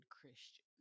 christian